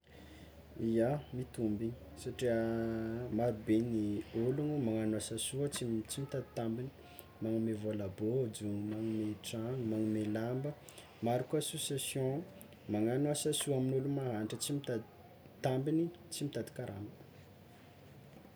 Ia, mitombiny satria marobe ny ologno magnagno tsy tsy mitady tambiny, magnome vôla bôjo, magnome tragno, magnome lamba, maro koa association magnagno asa soa amin'olo mahantra tsy mitady tambiny tsy mitady karama.